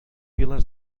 files